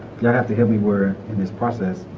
yeah i have to help me were in this process